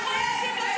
מי אתה שתחנך אותנו?